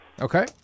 Okay